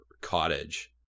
cottage